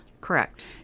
Correct